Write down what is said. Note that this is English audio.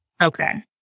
Okay